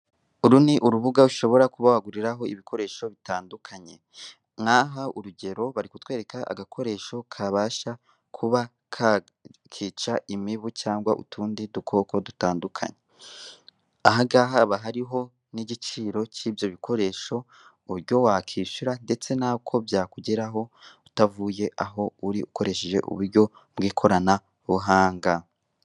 Uru ni urubuga ushobora kuba waguriraho ibikoresho bitandukanye, nk'aha urugero bari kutwereka agakoresho kabasha kuba kakica imibu cyangwa utundi dukoko dutandukanye. Aha ngaha haba hariho n'igiciro cy'ibyo bikoresho, uburyo wakishura ndetse n'uko byakugeraho utavuye aho uri ukoresheje uburyo bw'ikoranabuhanga.